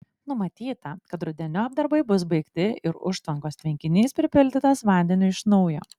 numatyta kad rudeniop darbai bus baigti ir užtvankos tvenkinys pripildytas vandeniu iš naujo